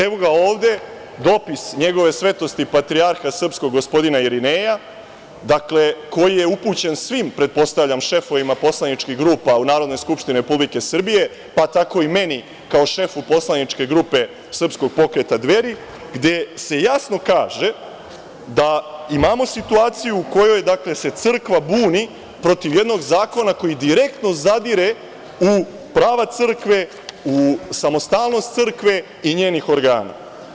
Evo ga ovde dopis NJegove Svetosti, Patrijarha srpskog, gospodina Irineja, koji je upućen svim pretpostavljam šefovima poslaničkih grupa u Narodnoj skupštini Republike Srbije, pa tako i meni kao šefu poslaničke grupe srpskog pokreta „Dveri“ gde se jasno kaže da imamo situaciju u kojoj se crkva buni protiv jednog zakona koji direktno zadire u prava crkve, u samostalnost crkve i njenih organa.